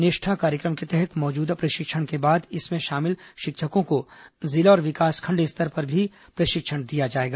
निष्ठा कार्यक्रम के तहत मौजूदा प्रशिक्षण के बाद इसमें शामिल शिक्षकों को जिला और विकासखण्ड स्तर पर भी प्रशिक्षण दिया जाएगा